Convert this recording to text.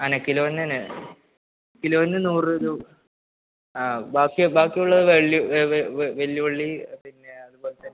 അതുതന്നെ കിലോവിന് തന്നെ കിലോവിന് നൂറ് രൂപ ആ ബാക്കി ബാക്കിയുള്ളത് വലിയയുള്ളി പിന്നെ അതുപോലെ തന്നെ